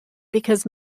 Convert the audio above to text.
because